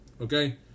Okay